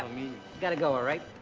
gotta go, all right?